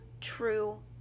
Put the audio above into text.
true